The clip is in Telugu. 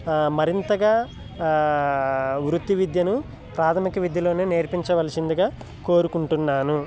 మరింతగా వృత్తి విద్యను ప్రాథమిక విద్యలోనే నేర్పించవలసిందిగా కోరుకుంటున్నాను